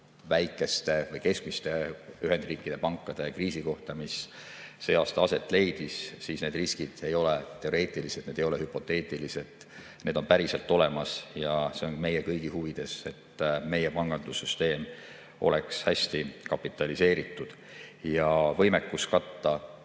väikeste või keskmiste Ühendriikide pankade kriisi kohta, mis see aasta aset leidis, siis need riskid ei ole teoreetilised, need ei ole hüpoteetilised, need on päriselt olemas. See on meie kõigi huvides, et meie pangandussüsteem oleks hästi kapitaliseeritud, ja võimekus katta